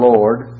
Lord